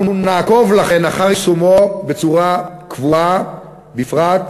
לכן נעקוב אחר יישומו בצורה קבועה בפרט,